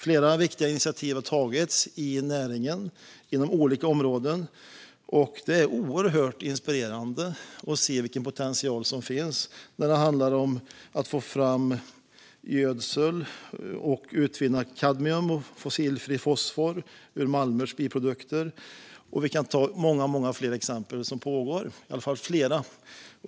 Flera viktiga initiativ har tagits i näringen inom olika områden. Det är oerhört inspirerande att se vilken potential som finns när det handlar om att få fram gödsel och utvinna kadmium och fossilfri fosfor ur malmers biprodukter, och vi kan ta fler exempel på vad som pågår.